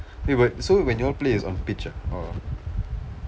wait but so when you all play it's on pitch ah or